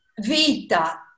vita